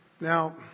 Now